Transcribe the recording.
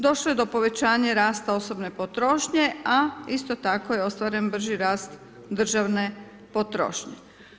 Došlo je do povećanja rasta osobne potrošnje, a isto tako je ostvaren brži rast državne potrošnje.